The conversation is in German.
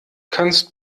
kannst